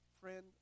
Friend